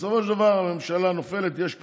בסופו של דבר הממשלה נופלת, יש בחירות,